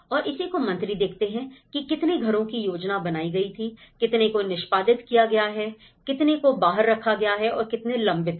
और इसी को मंत्री देखते हैं की कितने घरों की योजना बनाई गई थी कितने को निष्पादित किया गया है कितने को बाहर रखा गया है और कितने लंबित हुए